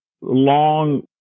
long